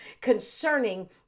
concerning